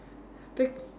be